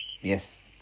Yes